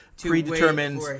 predetermined